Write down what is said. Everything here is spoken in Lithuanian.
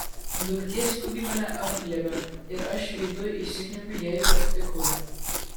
duktė skubiai mane apglėbia ir aš veidu įsikniaubiu jai į raktikaulį